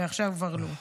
ועכשיו כבר לא.